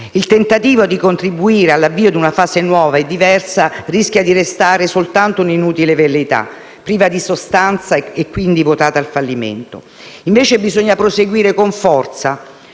il tentativo di contribuire all'avvio di una fase nuova e diversa rischia di restare soltanto un'inutile velleità, priva di sostanza e quindi votata al fallimento. Bisogna invece proseguire con forza,